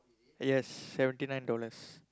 yes seventy nine dollars